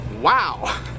Wow